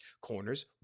Corners